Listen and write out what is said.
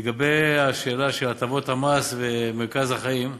לגבי השאלה של הטבות המס ומרכז החיים,